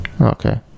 okay